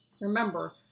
Remember